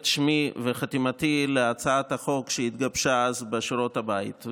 את שמי וחתימתי להצעת החוק שהתגבשה אז בשורות הבית.